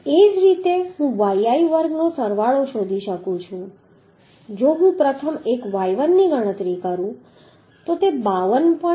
એ જ રીતે હું yi વર્ગનો સરવાળો શોધી શકું છું જો હું પ્રથમ એક y1 ની ગણતરી કરું તો તે 52